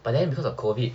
but then because of COVID